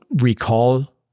recall